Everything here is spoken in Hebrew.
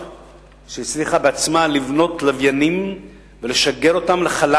שהצליחו לבנות בעצמן לוויינים ולשגר אותם לחלל.